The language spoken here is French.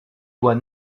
doit